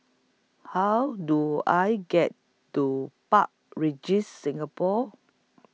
How Do I get to Park Regis Singapore